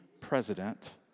president